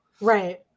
right